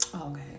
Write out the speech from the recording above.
okay